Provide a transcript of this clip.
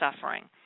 suffering